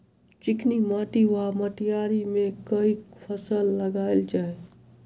चिकनी माटि वा मटीयारी मे केँ फसल लगाएल जाए?